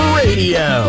radio